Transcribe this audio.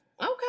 Okay